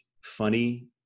funny